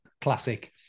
classic